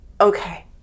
Okay